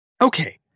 Okay